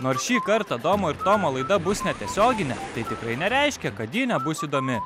nors šį kartą domo ir tomo laida bus netiesioginė tai tikrai nereiškia kad ji nebus įdomi